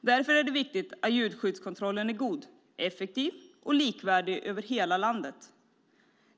Därför är det viktigt att djurskyddskontrollen är god, effektiv och likvärdig över hela landet.